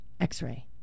X-Ray